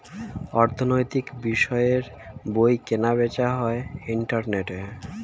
অর্থনৈতিক বিষয়ের বই কেনা বেচা হয় ইন্টারনেটে